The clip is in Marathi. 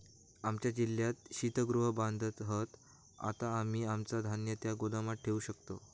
आमच्या जिल्ह्यात शीतगृह बांधत हत, आता आम्ही आमचा धान्य त्या गोदामात ठेवू शकतव